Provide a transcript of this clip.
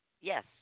Yes